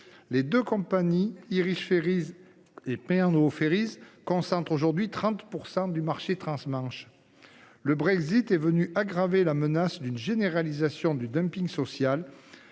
Les deux compagnies Irish Ferries et P&O Ferries concentrent aujourd'hui 30 % du marché transmanche. Le Brexit est venu accroître le risque de généralisation du dumping social